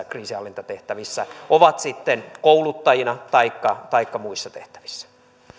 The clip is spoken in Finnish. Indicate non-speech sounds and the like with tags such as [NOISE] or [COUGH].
[UNINTELLIGIBLE] kriisinhallintatehtävissä ovat kouluttajina taikka taikka muissa tehtävissä